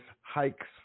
hikes